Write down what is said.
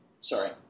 sorry